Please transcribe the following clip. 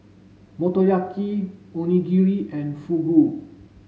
Motoyaki Onigiri and Fugu